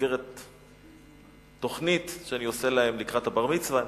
במסגרת תוכנית שאני עושה להם לקראת בר-מצווה,